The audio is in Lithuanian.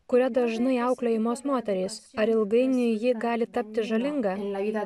kuria dažnai auklėjamos moterys ar ilgainiui ji gali tapti žalinga